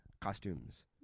costumes